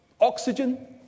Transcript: oxygen